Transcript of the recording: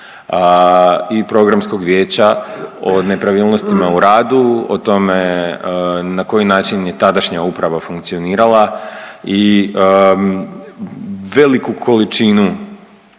i Programskog vijeća o nepravilnostima u radu, o tome na koji način je tadašnja uprava funkcionirala i veliku količinu,